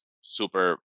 super